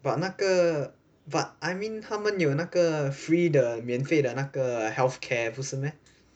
but 那个 but I mean 他们有那个 free 的免费的那个 health care 不是 meh